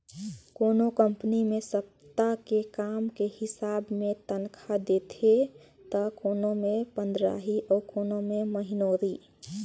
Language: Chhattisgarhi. कोनो कंपनी मे सप्ता के काम के हिसाब मे तनखा देथे त कोनो मे पंदराही अउ कोनो मे महिनोरी